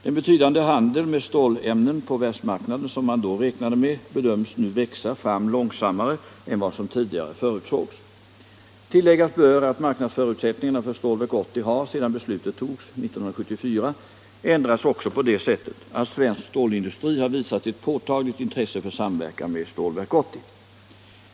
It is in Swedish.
Den betydande handel med stålämnen på världsmarknaden som man då räknade med bedöms nu växa fram långsammare än vad som tidigare förutsågs. Tilläggas bör att marknadsförutsättningarna för Stålverk 80 har, sedan beslutet togs år 1974, ändrats också på det sättet att svensk stålindustri har visat ett påtagligt intresse för samverkan med Stålverk 80.